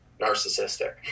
narcissistic